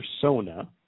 persona